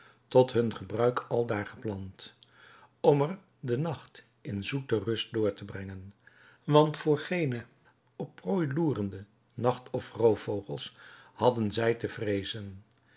tot hun gebruik aldaar geplant om er den nacht in zoete rust door te brengen want voor geene op prooi loerende nacht of roofvogels hadden zij te vreezen